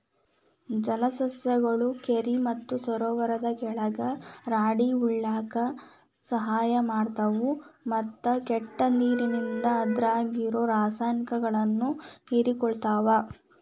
ಜಲಸಸ್ಯಗಳು ಕೆರಿ ಮತ್ತ ಸರೋವರದ ಕೆಳಗ ರಾಡಿ ಉಳ್ಯಾಕ ಸಹಾಯ ಮಾಡ್ತಾವು, ಮತ್ತ ಕೆಟ್ಟ ನೇರಿಂದ ಅದ್ರಾಗಿರೋ ರಾಸಾಯನಿಕಗಳನ್ನ ಹೇರಕೋತಾವ